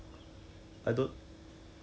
like they said significant number